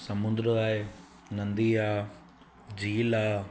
समुंड आहे नदी आहे झील आहे